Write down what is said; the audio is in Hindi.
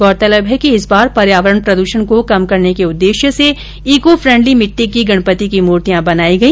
गौरतलब है कि इस बार पर्यावरण प्रदषण को कम करने के उद्देश्य से ईको फ्रेंडली मिटटी की गणपति की मूर्तियां बनाई गई